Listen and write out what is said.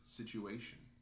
situation